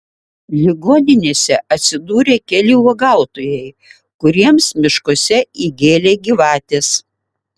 ligoninėse atsidūrė keli uogautojai kuriems miškuose įgėlė gyvatės